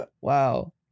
Wow